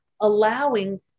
allowing